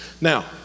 Now